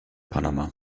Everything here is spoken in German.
panama